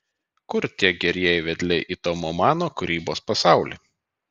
kur tie gerieji vedliai į tomo mano kūrybos pasaulį